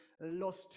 lost